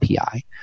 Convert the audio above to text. API